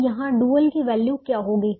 अब यहां डुअल की वैल्यू क्या होगी